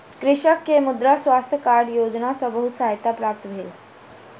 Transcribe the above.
कृषक के मृदा स्वास्थ्य कार्ड योजना सॅ बहुत सहायता प्राप्त भेल